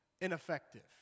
ineffective